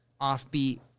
offbeat